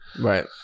right